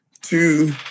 two